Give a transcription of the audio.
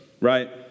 right